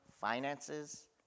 finances